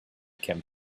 camp